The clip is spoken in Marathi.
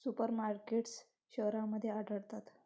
सुपर मार्केटस शहरांमध्ये आढळतात